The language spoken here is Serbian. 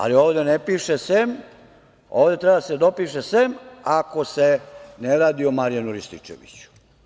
Ali, ovde ne piše sem, ovde treba da se dopiše - sem ako se ne radi o Marijanu Rističeviću.